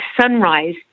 sunrise